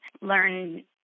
learn